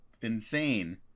insane